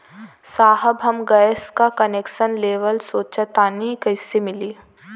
साहब हम गैस का कनेक्सन लेवल सोंचतानी कइसे मिली?